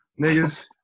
niggas